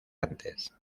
antes